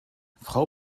frau